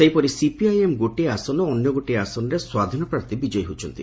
ସେହିପରି ସିପିଆଇଏମ୍ ଗୋଟିଏ ଆସନ ଓ ଅନ୍ୟଗୋଟିଏ ଆସନରେ ସ୍ୱାଧୀନ ପ୍ରାର୍ଥୀ ବିଜୟୀ ହୋଇଛନ୍ତି